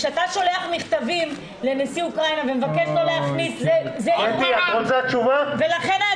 כשאתה שולח מכתבים לנשיא אוקראינה ומבקש לא להכניס זה --- ולכן היה